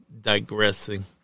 digressing